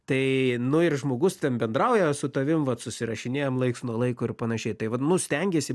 tai nu ir žmogus ten bendrauja su tavim vat susirašinėjam laiks nuo laiko ir panašiai tai vat nu stengiesi